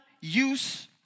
use